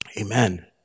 Amen